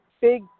big